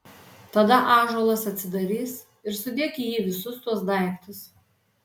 tada ąžuolas atsidarys ir sudėk į jį visus tuos daiktus